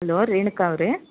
hello Renuka ಅವರೇ